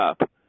up